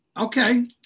okay